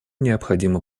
необходимо